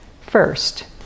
first